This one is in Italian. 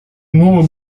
nuovo